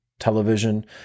television